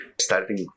Starting